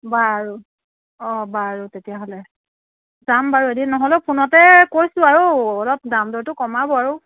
বাৰু অ বাৰু তেতিয়াহ'লে যাম বাৰু এদিন নহ'লেও ফোনতে কৈছোঁ আৰু অলপ দাম দৰটো কমাব আৰু